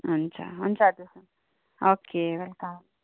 हुन्छ हुन्छ okay welcome